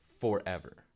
forever